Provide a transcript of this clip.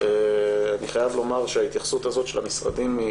אני חייב לומר שההתייחסות הזאת של המשרדים,